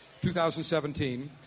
2017